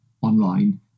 online